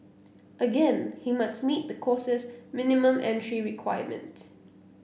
again he must meet the course's minimum entry requirement